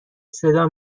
صدا